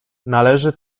należy